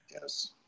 Yes